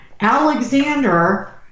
Alexander